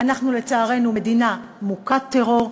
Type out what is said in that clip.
ואנחנו לצערנו מדינה מוכת טרור,